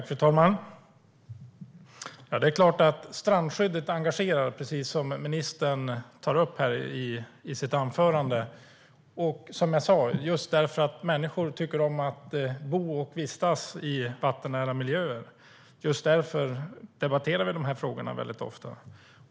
Fru talman! Det är klart att strandskyddet engagerar, precis som ministern tar upp här i sitt anförande och som jag sa, just för att människor tycker om att bo och vistas i vattennära miljöer, och just därför debatterar vi de här frågorna väldigt ofta.